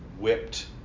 whipped